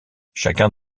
chacun